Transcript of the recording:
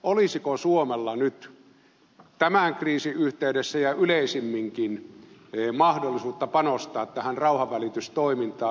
olisiko suomella nyt tämän kriisin yhteydessä ja yleisemminkin mahdollisuutta panostaa tähän rauhanvälitystoimintaan